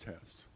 test